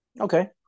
Okay